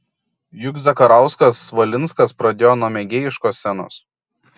juk zakarauskas valinskas pradėjo nuo mėgėjiškos scenos